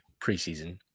preseason